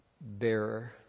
bearer